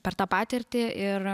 per tą patirtį ir